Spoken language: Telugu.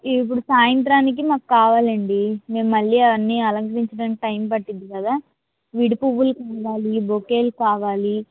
ఇప్పుడు సాయంత్రానికి మాకు కావాలి అండి మేము మళ్ళీ అవన్నీ అలంకరించడానికి టైం పడుతుంది కదా విడిపూలు కావాలి బొకేలు కావాలి